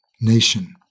nation